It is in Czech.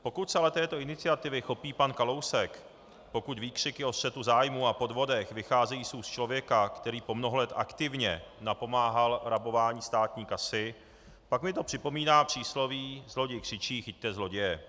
Pokud se ale této iniciativy chopí pan Kalousek, pokud výkřiky o střetu zájmů a podvodech vycházejí z úst člověka, který po mnoho let aktivně napomáhal rabování státní kasy, pak mi to připomíná přísloví zloděj křičí, chyťte zloděje.